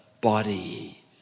body